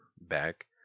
back